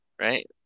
right